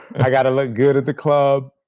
and i've got to look good at the club.